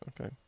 okay